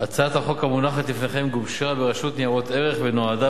הצעת החוק המונחת לפניכם גובשה ברשות ניירות ערך ונועדה,